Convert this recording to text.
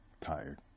tired